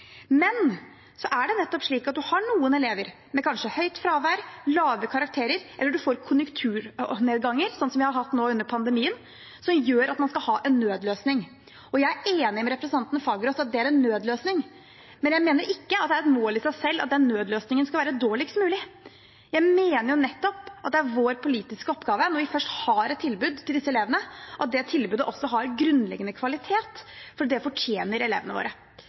Men så er det nettopp slik at man har noen elever med kanskje høyt fravær, lave karakterer – eller man får konjunkturnedganger, sånn som vi har hatt det nå under pandemien, og som gjør at man skal ha en nødløsning. Jeg er enig med representanten Fagerås i at det er en nødløsning, men jeg mener ikke at det er et mål i seg selv at den nødløsningen skal være dårligst mulig. Jeg mener jo nettopp at det er vår politiske oppgave – når vi først har et tilbud til disse elevene – at det tilbudet også har grunnleggende kvalitet, for det fortjener elevene våre.